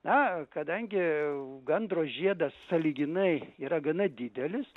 na kadangi gandro žiedas sąlyginai yra gana didelis